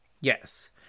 Yes